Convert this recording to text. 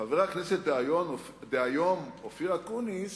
חבר הכנסת דהיום אופיר אקוניס,